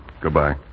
Goodbye